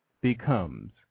becomes